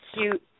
cute